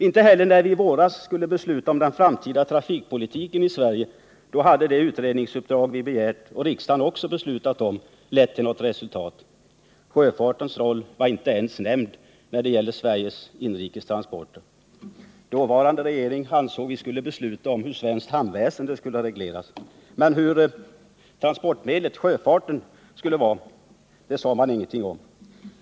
Inte heller när vi i våras skulle besluta om den framtida trafikpolitiken i Sverige hade det utredningsuppdrag som vi begärt — och riksdagen också beslutat om — lett till något resultat. Sjöfartens roll var inte ens nämnd när det gällde Sveriges inrikestransporter. Den dåvarande regeringen ansåg att vi skulle besluta om hur svenskt hamnväsende skulle regleras. Men hur transportmedlet — sjöfarten — skulle vara sade man ingenting om.